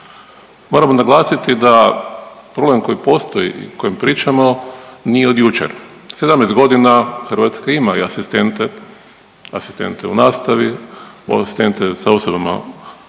Moramo naglasiti da problem koji postoji i o kojem pričamo nije od jučer. 17 godina Hrvatska ima i asistente, asistente u nastavi, asistente sa osobama koje